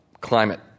climate